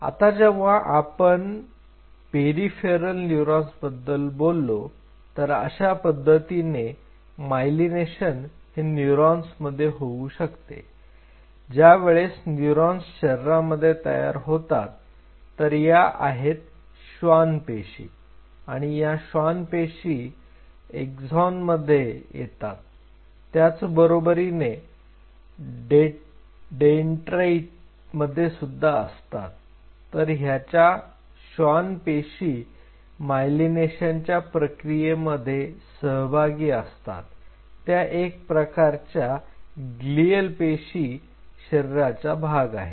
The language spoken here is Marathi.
आता जेव्हा आपण पेरिफेरल न्यूरॉन्स बद्दल बोलतो तर अशा पद्धतीने मायलिनेशन हे न्यूरॉन्स मध्ये होऊ शकते ज्यावेळेस न्यूरॉन्स शरीरामध्ये तयार होत असतात तर या आहेत श्वान पेशी आणि या श्वान पेशी एक्झानमध्ये येतात त्याचबरोबरीने डेंड्रईट मध्ये सुद्धा असतात तर ह्याच्या श्वान पेशी मायलिनेशनच्या प्रक्रियेमध्ये सहभागी असतात त्या एक प्रकारच्या ग्लीअल पेशी शरीराचा भाग आहेत